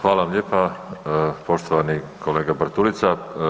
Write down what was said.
Hvala vam lijepa poštovani kolega Bartulica.